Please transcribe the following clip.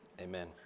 amen